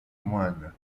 moine